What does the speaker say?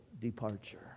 departure